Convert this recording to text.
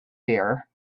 here